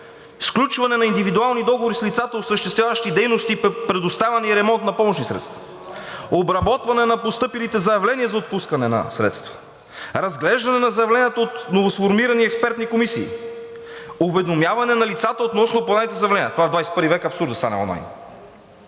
„Сключване на индивидуални договори с лицата, осъществяващи дейности по предоставяне и ремонт на помощни средства; обработване на постъпилите заявления за отпускане на средства; разглеждане на заявленията от новосформирани експертни комисии; уведомяване на лицата относно подадените заявления – това в XXI век е абсурд да стане онлайн